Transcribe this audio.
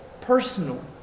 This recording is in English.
personal